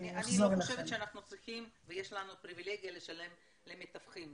אני לא חושבת שאנחנו צריכים ויש לנו פריבילגיה לשלם למתווכים,